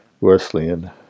Wesleyan